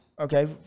Okay